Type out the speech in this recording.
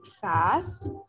fast